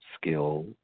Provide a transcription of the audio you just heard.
skill